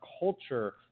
culture